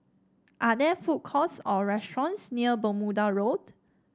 are there food courts or restaurants near Bermuda Road